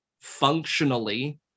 functionally